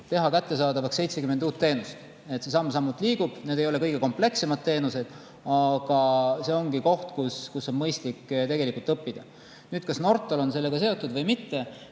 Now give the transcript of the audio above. teha kättesaadavaks 70 uut teenust. See samm-sammult liigub. Need ei ole kõige komplekssemad teenused, aga see ongi koht, kus on mõistlik tegelikult õppida. Kas Nortal on sellega seotud või mitte?